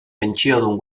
pentsiodun